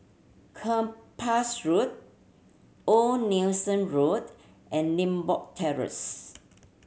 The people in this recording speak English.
Kempas Road Old Nelson Road and Limbok Terrace